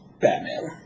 Batman